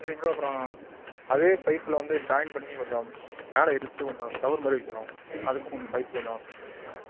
சரி ப்ரோ அப்புறம் அதே பைப்பில் வந்து ஜாயிண்ட் பண்ணி கொஞ்சம் மேலே இழுத்து கொஞ்சம் ஷவர் மாதிரி வைக்கணும் அதுக்கும் கொஞ்சம் பைப் கொஞ்சம் சேர்த்து எடுத்துகிட்டு வந்துடுங்க